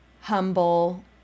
humble